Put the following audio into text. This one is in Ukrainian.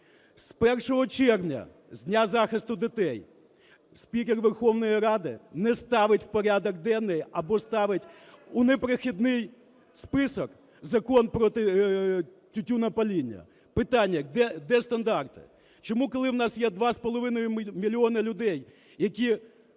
З 1 червня, з Дня захисту дітей, спікер Верховної Ради не ставить в порядок денний або ставить у непрохідний список Закон проти тютюнопаління. Питання – де стандарти? Чому, коли в нас є 2,5 мільйона людей, яким